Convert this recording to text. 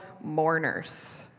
mourners